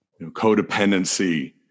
codependency